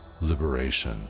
liberation